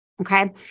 Okay